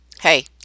Hey